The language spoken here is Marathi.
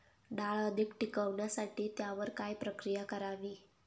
डाळ अधिक टिकवण्यासाठी त्यावर काय प्रक्रिया करावी?